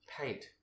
paint